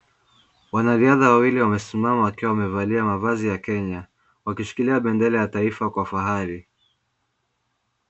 Wanariadha wawili wamesimama wakiwa wamevalia mavazi ya Kenya wakishikilia bendera ya taifa kwa fahari.